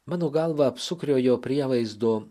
mano galva apsukriojo prievaizdo